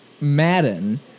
Madden